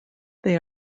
they